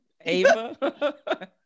Ava